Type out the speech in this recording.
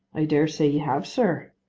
i dare say you have, sir.